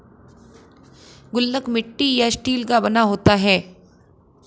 गुल्लक मिट्टी या स्टील का बना होता है